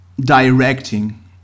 directing